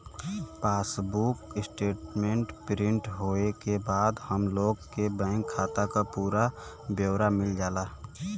passbook statement print होये के बाद हम लोग के बैंक खाता क पूरा ब्यौरा मिल जाला